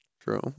True